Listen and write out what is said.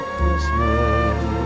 Christmas